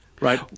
Right